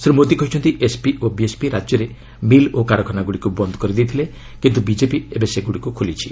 ଶ୍ରୀ ମୋଦି କହିଛନ୍ତି ଏସ୍ପି ଓ ବିଏସ୍ପି ରାଜ୍ୟରେ ମିଲ୍ ଓ କାରଖାନାଗୁଡ଼ିକୁ ବନ୍ଦ କରିଦେଇଥିଲେ କିନ୍ତୁ ବିଜେପି ଏବେ ସେଗୁଡ଼ିକୁ ଖୋଲିଛି